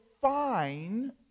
fine